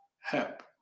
help